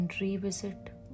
Revisit